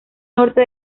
norte